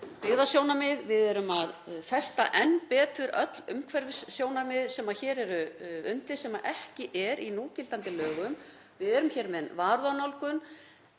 við erum að festa enn betur öll umhverfissjónarmið sem hér eru undir sem ekki eru í núgildandi lögum. Við erum hér með varúðarnálgun